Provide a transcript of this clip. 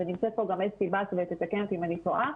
ונמצאת פה גם אסתי והיא תתקן אותי אם אני טועה,